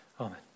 Amen